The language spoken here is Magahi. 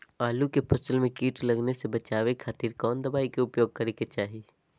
आलू के फसल में कीट लगने से बचावे खातिर कौन दवाई के उपयोग करे के चाही?